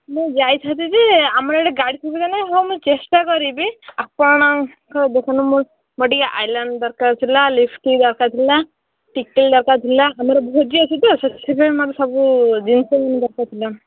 ମୁଁ ଯାଇଥାନ୍ତି ଯେ ଆମର ଏଇଠି ଗାଡ଼ି ସୁବିଧା ନାହିଁ ହଁ ମୁଁ ଚେଷ୍ଟା କରିବି ଆପଣଙ୍କ ଦୋକାନରୁ ମୋର ଟିକେ ଆଇଲାଇନର୍ ଦରକାର ଥିଲା ଲିପଷ୍ଟିକ୍ ଦରକାର ଥିଲା ଟିକିଲି ଦରକାର ଥିଲା ଆମର ଭୋଜି ଅଛି ତ ସେଥିପାଇଁ ମୋର ସବୁ ଜିନିଷ ଦରକାର ଥିଲା